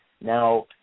Now